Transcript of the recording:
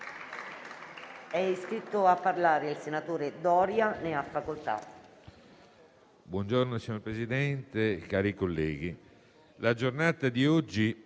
È iscritto a parlare il senatore Doria. Ne ha facoltà.